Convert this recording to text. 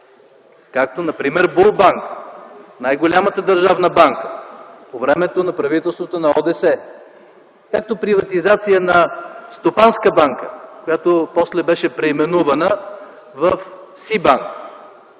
както например Булбанк – най-голямата държавна банка по времето на правителството на ОДС; както приватизацията на Стопанска банка, която после беше преименувана в СИБанк;